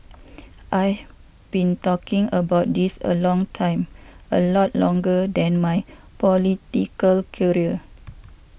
I've been talking about this a long time a lot longer than my political career